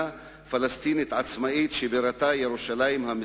פלסטינית עצמאית שבירתה ירושלים המזרחית.